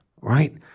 right